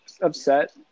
upset